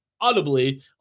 audibly